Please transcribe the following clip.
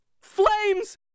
flames